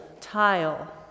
tile